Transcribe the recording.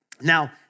Now